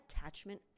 attachment